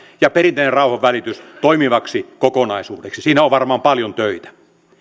ja perinteinen rauhanvälitys toimivaksi kokonaisuudeksi siinä on varmaan paljon töitä